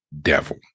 devil